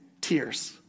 tears